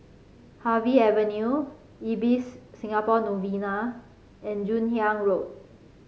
Harvey Avenue Ibis Singapore Novena and Joon Hiang Road